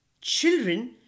Children